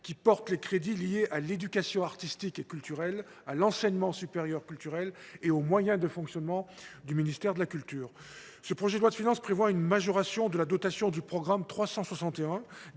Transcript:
qui comprennent les crédits liés à l’éducation artistique et culturelle, à l’enseignement supérieur culturel et aux moyens de fonctionnement du ministère de la culture. Ce projet de loi de finances prévoit de majorer la dotation du programme 361